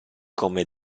come